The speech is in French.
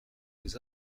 des